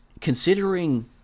considering